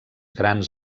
grans